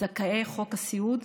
זכאי חוק הסיעוד,